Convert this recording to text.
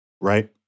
right